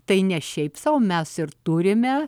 tai ne šiaip sau mes ir turime